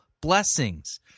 blessings